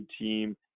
team